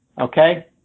okay